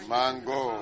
Mango